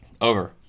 Over